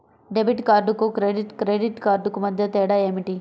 Debit కార్డుకు credit credit కార్డుకు మధ్య తేడా ఏమిటీ?